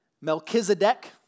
Melchizedek